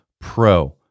pro